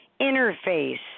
Interface